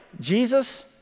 Jesus